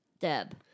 Deb